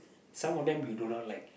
some of them you do not like